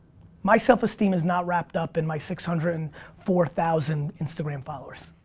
my self-esteem is not wrapped up in my six hundred and four thousand instagram followers.